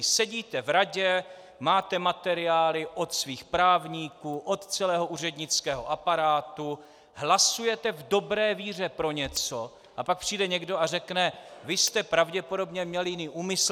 Sedíte v radě, máte materiály od svých právníků, od celého úřednického aparátu, hlasujete v dobré víře pro něco, a pak přijde někdo a řekne: Vy jste pravděpodobně měl jiný úmysl.